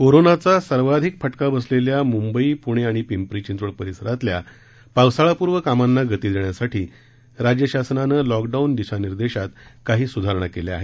कोरोनाचा सर्वाधिक फटका बसलेल्या मुंबई पूणे आणि पिंपरी चिंचवड परिसरातल्या पावसाळापूर्व कामांना गती देण्यासाठी राज्यशासनाने लॉकडाऊन दिशानिर्देशात काही सुधारणा केल्या आहेत